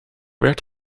werd